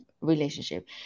relationship